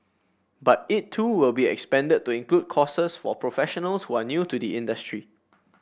but it too will be expanded to include courses for professionals who are new to the industry